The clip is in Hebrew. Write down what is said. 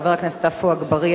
חבר הכנסת עפו אגבאריה,